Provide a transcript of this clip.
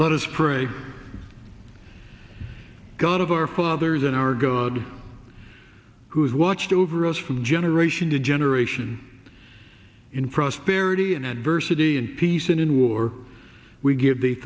let us pray to god of our fathers and our god who has watched over us from generation to generation in prosperity and adversity and peace and in war we give the